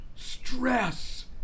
Stress